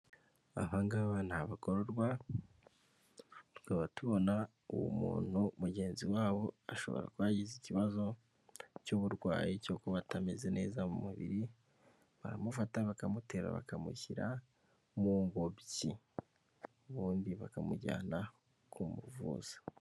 Aha abana bagororwa tukaba tubona uwo umuntu mugenzi wabo ashobora kubagize ikibazo cy'uburwayi, cyo kuba batameze neza mu mubiri baramufata bakamutera bakamushyira mu ngobyi ubundi bakamujyana ku kumuvuza.